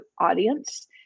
audience